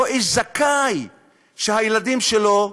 אותו איש זכאי שהילדים שלו,